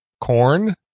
corn